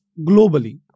globally